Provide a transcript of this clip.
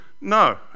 No